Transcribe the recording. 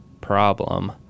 problem